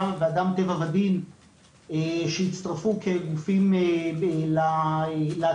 ואדם טבע ודין שהצטרפו כגופים לעתירה.